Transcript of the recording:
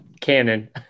canon